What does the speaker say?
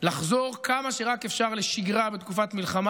לחזור כמה שרק אפשר לשגרה בתקופת המלחמה.